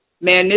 Man